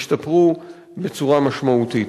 השתפרו בצורה משמעותית.